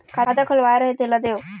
खाता खुलवाय रहे तेला देव?